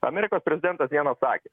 amerikos prezidentas vienas sakė